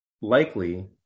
likely